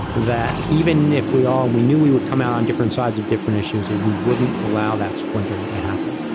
that even if we all we knew we would come out on different sides of different issues, that we wouldn't allow that splintering to happen.